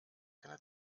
keine